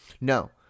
No